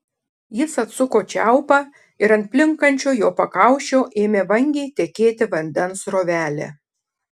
jis atsuko čiaupą ir ant plinkančio jo pakaušio ėmė vangiai tekėti vandens srovelė